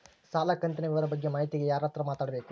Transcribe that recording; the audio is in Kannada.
ಸಾಲ ಕಂತಿನ ವಿವರ ಬಗ್ಗೆ ಮಾಹಿತಿಗೆ ಯಾರ ಹತ್ರ ಮಾತಾಡಬೇಕು?